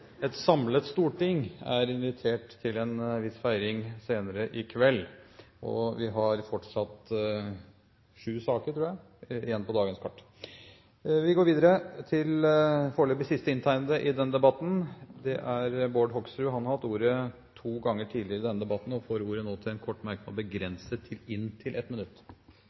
et samlet storting er invitert til en viss feiring senere i kveld. Vi har fortsatt sju saker igjen på dagens kart. Representanten Bård Hoksrud har hatt ordet to ganger tidligere i debatten og får ordet til en kort merknad, begrenset til 1 minutt.